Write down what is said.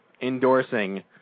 endorsing